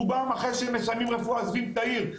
רובם עוזבים את העיר,